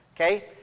Okay